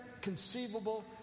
conceivable